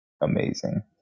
amazing